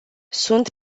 sunt